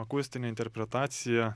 akustinę interpretaciją